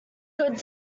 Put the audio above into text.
good